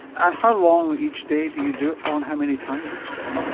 and how long each day do you do it for, and how many times each day?